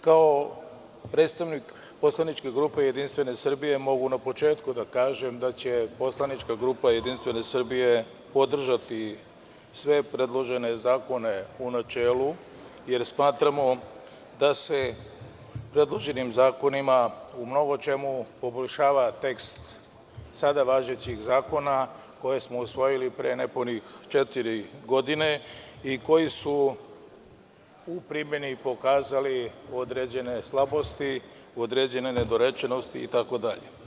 Kao predstavnik poslaničke grupe Jedinstvene Srbije, mogu na početku da kažem da će poslanička grupa Jedinstvene Srbije podržati sve predložene zakone u načelu, jer smatramo da se predloženim zakonima u mnogo čemu poboljšava tekst sada važećih zakona, koje smo usvojili pre nepunih četiri godine i koji su u primeni pokazali određene slabosti, određene nedorečenosti, itd.